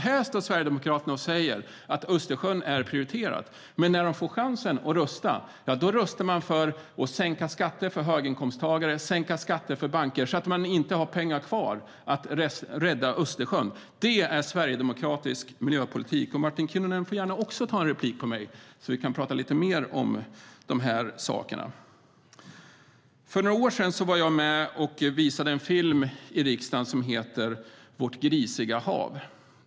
Här står Sverigedemokraterna och säger att Östersjön är prioriterat, men när de får chansen att rösta röstar de för att sänka skatter för höginkomsttagare och för banker, så att det inte finns pengar kvar för att rädda Östersjön. Det är sverigedemokratisk miljöpolitik. Martin Kinnunen får också gärna begära replik på mitt anförande, så att vi kan prata lite mer om de sakerna. För några år sedan vad jag med och visade en film i riksdagen som heter Vårt grisiga hav .